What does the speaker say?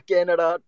Canada